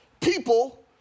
people